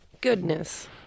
Goodness